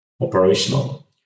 operational